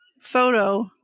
photo